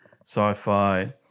sci-fi